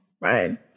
right